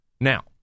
now